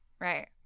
Right